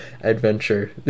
adventure